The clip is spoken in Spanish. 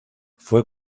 fue